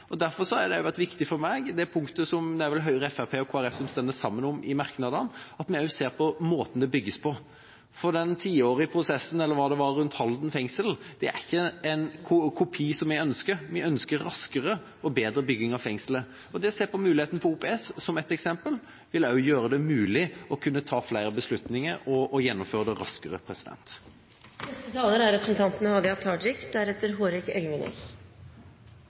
Derfor har det vært viktig for meg at vi også ser på måten det bygges på – et punkt som vel Høyre, Fremskrittspartiet og Kristelig Folkeparti står sammen om i merknadene. For den tiårige prosessen, eller hva det var, rundt Halden fengsel ønsker vi ikke en kopi av. Vi ønsker raskere og bedre bygging av fengselet. Det å se på OPS vil også gjøre det mulig å kunne ta flere beslutninger og gjennomføre det raskere. Denne debatten trur eg me kan oppsummera i ei slags gåte, og gåta er